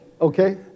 Okay